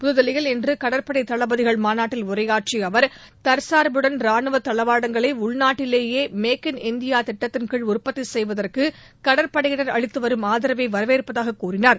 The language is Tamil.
புதுதில்லியில் இன்று கடற்படை தளபதிகள் மாநாட்டில் உரையாற்றிய அவர் தற்சாா்புடன் ராணுவத் தளவாடங்களை உள்நாட்டிலேயே மேக்கின் இந்தியா திட்டத்தின்கீழ் உற்பத்தி செய்வதற்கு கடற்படையினர் அளித்துவரும் ஆதரவை வரவேற்பதாக கூறினார்